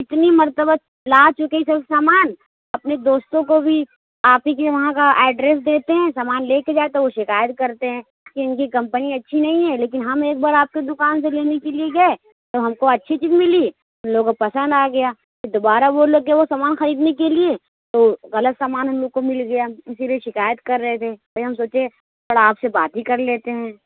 اتنی مرتبہ لا چکے تھے وہ سامان اپنے دوستوں کو بھی آپ ہی کے وہاں کا ایڈریس دیتے ہیں سامان لے کے جائیں تو وہ شکایت کرتے ہیں کہ ان کی کمپنی اچھی نہیں ہے لیکن ہم ایک بار آپ کے دکان سے لینے کے لیے گئے تو ہم کو اچھی چیز ملی ان لوگوں کو پسند آ گیا پھر دوبارہ وہ لوگ گئے وہ سامان خریدنے کے لیے تو غلط سامان ہم لوگوں کو مل گیا اسی لیے شکایت کر رہے تھے پھر ہم سوچے تھوڑا آپ سے بات ہی کر لیتے ہیں